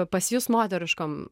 pasjust moteriškom